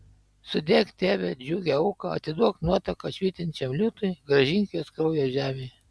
sudėk tėve džiugią auką atiduok nuotaką švytinčiam liūtui grąžink jos kraują žemei